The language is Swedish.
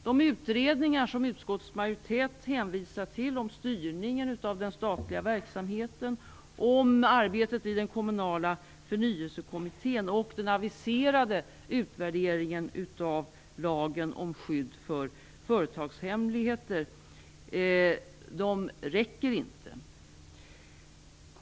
De utredningar som utskottsmajoriteten hänvisar till om styrningen av den statliga verksamheten och om arbetet i den kommunala förnyelsekommittén samt den aviserade utvärderingen av lagen om skydd för företagshemligheter räcker inte.